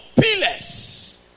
pillars